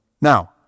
Now